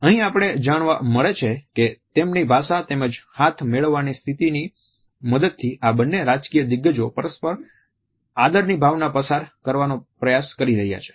અહીં આપણે જાણવા મળે છે કે તેમની ભાષા તેમજ હાથ મેળવવાની સ્થિતિની મદદથી આ બંને રાજકીય દિગ્ગજો પરસ્પર આદરની ભાવના પસાર કરવાનો પ્રયાસ કરી રહ્યા છે